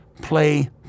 play